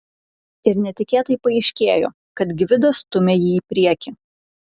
ir netikėtai paaiškėjo kad gvidas stumia jį į priekį